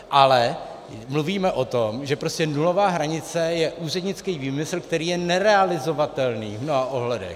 Ale mluvíme o tom, že prostě nulová hranice je úřednický výmysl, který je nerealizovatelný v mnoha ohledech.